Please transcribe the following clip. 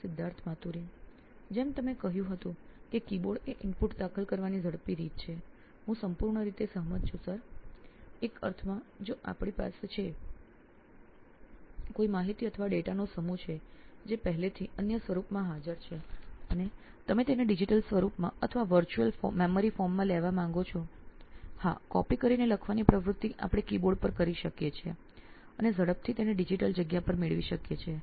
Siddharth Maturi CEO નોઇન electronics જેમ તમે કહ્યું હતું કે કીબોર્ડ એ ઇનપુટ દાખલ કરવાની ઝડપી રીત છે હું સંપૂર્ણ રીતે સહમત છું સર એક અર્થમાં જો આપણી પાસે કોઈ માહિતી અથવા ડેટાનો સમૂહ છે જે પહેલાથી અન્ય સ્વરૂપમાં હાજર છે અને અમે તેને ડિજિટલ સ્વરૂપમાં અથવા વર્ચુઅલ મેમરી ફોર્મમાં લેવા માગીએ છીએ હા કોપી કરીને લખવાની પ્રવૃત્તિ આપણે કીબોર્ડ પર કરી શકીએ છે અને ઝડપથી તેને ડિજિટલ જગ્યા પર મેળવી શકીએ છીએ